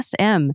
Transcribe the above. SM